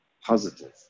positive